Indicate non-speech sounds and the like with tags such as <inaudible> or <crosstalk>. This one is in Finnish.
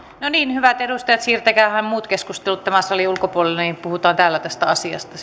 hyvät edustajat siirtäkäähän muut keskustelut tämän salin ulkopuolelle niin että puhutaan täällä tästä asiasta <unintelligible>